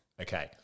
Okay